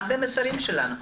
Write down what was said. גם במסרים שלנו.